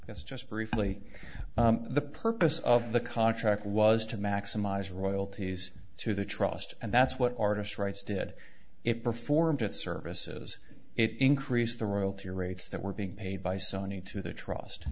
yes just briefly the purpose of the contract was to maximize royalties to the trust and that's what artist rights did it performed it services it increased the royalty rates that were being paid by sony to the trust